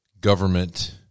government